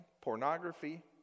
pornography